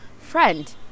friend